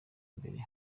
mbere